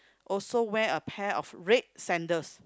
also wear a pair of red sandals